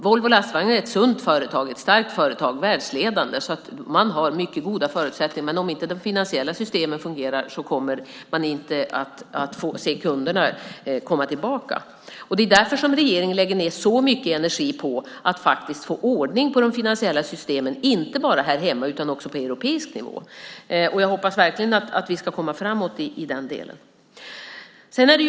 Volvo Lastvagnar är ett sunt företag, ett starkt företag, världsledande och har mycket goda förutsättningar, men om de finansiella systemen inte fungerar kommer man inte få se kunderna komma tillbaka. Det är därför regeringen lägger ned så mycket energi på att få ordning på de finansiella systemen, inte bara här hemma utan också på europeisk nivå. Jag hoppas verkligen att vi ska komma framåt där.